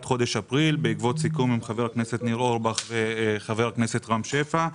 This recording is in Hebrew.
חודש אפריל בעקבות סיכום עם חבר הכנסת ניר אורבך וחבר הכנסת רם שפע.